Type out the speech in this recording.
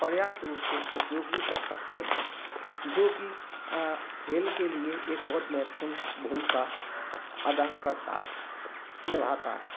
पर्याप्त रूप से उपयोग भी कर सकते हैं जो कि अ खेल के लिए एक बहुत महत्वपूर्ण भूमिका अदा करता है निभाता है